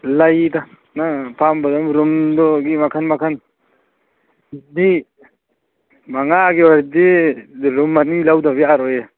ꯂꯩꯗ ꯅꯪ ꯑꯄꯥꯝꯕ ꯑꯗꯨꯝ ꯌꯨꯝꯗꯨꯗꯤ ꯃꯈꯟ ꯃꯈꯟ ꯃꯤ ꯃꯉꯥꯒꯤ ꯑꯣꯏꯔꯗꯤ ꯔꯨꯝ ꯑꯅꯤ ꯂꯧꯗꯕ ꯌꯥꯔꯣꯏꯌꯦ